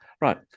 Right